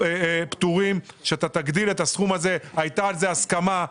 פטורים בכך שתגדיל את הסכום הזה; הייתה על זה הסכמה.